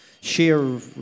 sheer